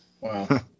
Wow